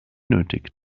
nötig